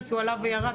כי הוא עלה וירד,